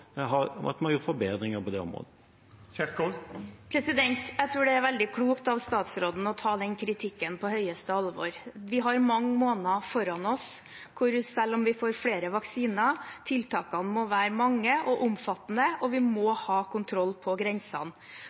at vi har gjort forbedringer på det området. Jeg tror det er veldig klokt av statsråden å ta den kritikken på det største alvor. Vi har mange måneder foran oss, og selv om vi får flere vaksiner må tiltakene da være mange og omfattende. Vi må ha kontroll på